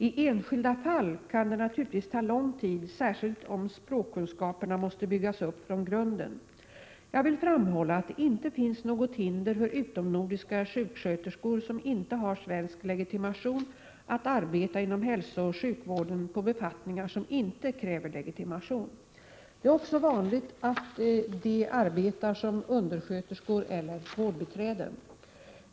I enskilda fall kan det naturligtvis ta lång tid, särskilt om språkkunskaperna måste byggas upp från grunden. Jag vill framhålla att det inte finns något hinder för utomnordiska sjuksköterskor som inte har svensk legitimation att arbeta inom hälsooch sjukvården på befattningar som inte kräver legitimation. Det är också vanligt att de arbetar som undersköterskor eller vårdbiträden.